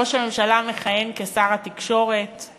כרגע ראש הממשלה מכהן כשר התקשורת,